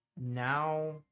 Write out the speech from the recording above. now